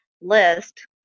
list